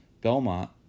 Belmont